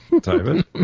David